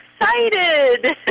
excited